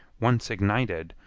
once ignited,